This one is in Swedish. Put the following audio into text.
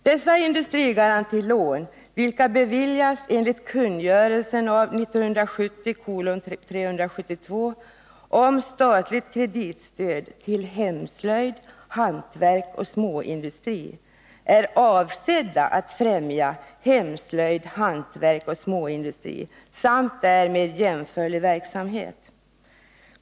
Dessa industrigarantilån, vilka beviljas enligt kungörelsen om statligt kreditstöd till hemslöjd, hantverk och småindustri, är avsedda att främja hemslöjd, hantverk och småindustri samt därmed jämförlig verksamhet.